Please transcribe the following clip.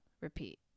repeat